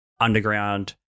underground